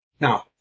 Now